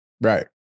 right